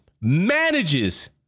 manages